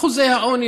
אחוזי העוני,